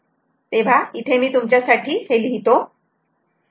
तेव्हा इथे मी तुमच्यासाठी हे लिहितो